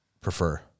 prefer